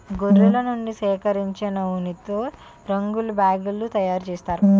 గొర్రెల నుండి సేకరించిన ఉన్నితో రగ్గులు బ్యాగులు తయారు చేస్తారు